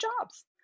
jobs